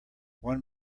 one